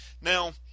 Now